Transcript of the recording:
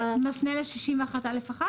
זה מפנה ל-61(א)(1)?